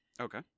Okay